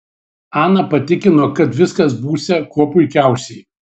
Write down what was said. ana patikino kad viskas būsią kuo puikiausiai